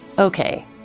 okay.